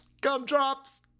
gumdrops